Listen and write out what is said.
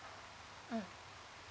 mm